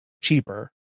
cheaper